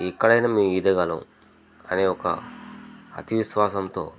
ఎక్కడైనా మేము ఈదగలం అనే ఒక అతి విశ్వాసంతో